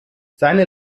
seine